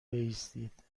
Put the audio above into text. بایستید